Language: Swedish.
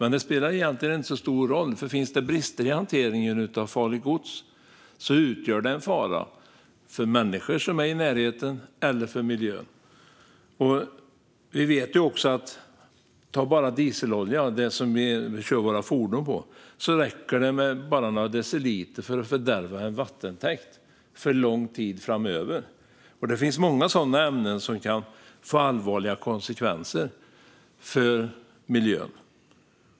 Men det spelar egentligen inte så stor roll, för finns det brister i hanteringen av farligt gods utgör det en fara för människor som är i närheten eller för miljön. Ta bara dieselolja, alltså det vi kör våra fordon på - det räcker med bara några deciliter för att fördärva en vattentäkt för lång tid framöver. Det finns många sådana ämnen som kan få allvarliga konsekvenser för miljön.